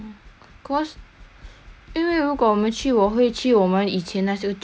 因为如果我们去我会去我们以前那些旧的 ten toa payoh 的